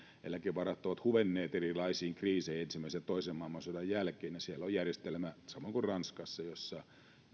eläkevarat ovat huvenneet erilaisiin kriiseihin ensimmäisen ja toisen maailmansodan jälkeen ja siellä on järjestelmä samoin kuin ranskassa jossa